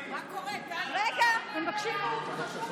אתם תתאפקו, זה חשוב